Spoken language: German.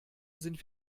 sind